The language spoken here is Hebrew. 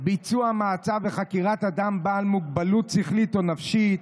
בביצוע מעצר וחקירת אדם בעל מוגבלות שכלית או נפשית,